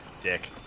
dick